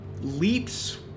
leaps